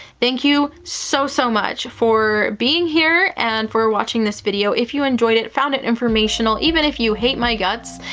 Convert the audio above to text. thank you so, so much for being here and for watching this video. if you enjoyed it, found it informational, even if you hate my guts,